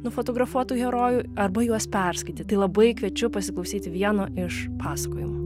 nufotografuotų herojų arba juos perskaityt labai kviečiu pasiklausyti vieno iš pasakojimų